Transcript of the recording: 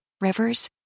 rivers